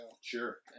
Sure